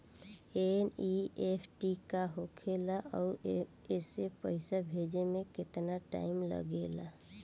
NEFT का होखे ला आउर एसे पैसा भेजे मे केतना टाइम लागेला?